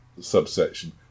subsection